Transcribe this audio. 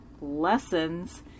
Lessons